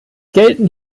gelten